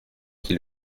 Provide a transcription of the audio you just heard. qui